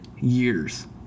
years